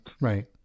right